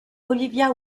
olivia